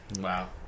Wow